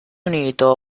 unito